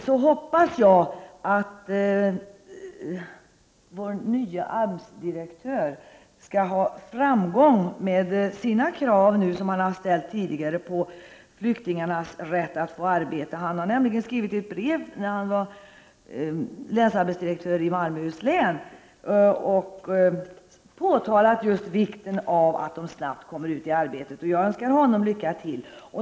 Sedan hoppas jag att vår nye AMS-direktör skall ha framgång med de krav han tidigare ställt när det gällt flyktingarnas rätt att få arbete. När han var länsarbetsdirektör i Malmöhus län framhöll han vikten av att flyktingarna snabbt kom ut i arbete. Jag önskar honom lycka till.